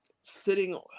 sitting